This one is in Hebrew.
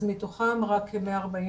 אז מתוכם רק כ-140,